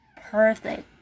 perfect